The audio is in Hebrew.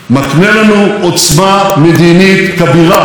פיתחנו יחסים קרובים עם מדינות אסיה ואפריקה,